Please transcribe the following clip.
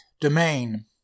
domain